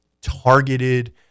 targeted